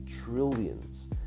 trillions